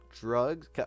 drugs